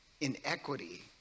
inequity